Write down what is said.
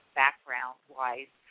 background-wise